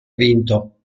vinto